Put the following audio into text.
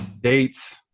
dates